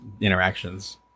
interactions